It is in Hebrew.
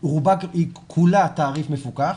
כולה תעריף מפוקח,